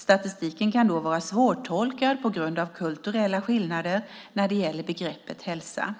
Statistiken kan då vara svårtolkad på grund av kulturella skillnader när det gäller begreppet hälsa.